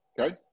okay